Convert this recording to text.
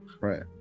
Right